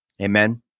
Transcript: Amen